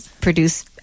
produce